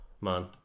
Man